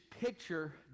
picture